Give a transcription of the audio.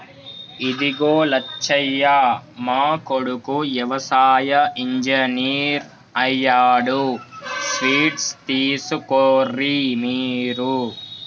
ఇదిగో లచ్చయ్య మా కొడుకు యవసాయ ఇంజనీర్ అయ్యాడు స్వీట్స్ తీసుకోర్రి మీరు